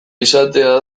izatea